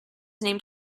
named